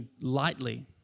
lightly